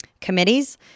committees